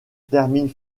termine